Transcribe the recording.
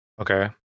Okay